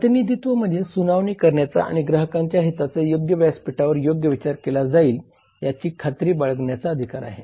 प्रतिनिधित्व म्हणजे सुनावणी करण्याचा आणि ग्राहकांच्या हिताचा योग्य व्यासपीठावर योग्य विचार केला जाईल याची खात्री बाळगण्याचा अधिकार आहे